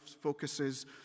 focuses